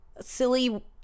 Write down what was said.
silly